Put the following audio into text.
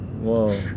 Whoa